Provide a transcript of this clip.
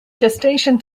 gestation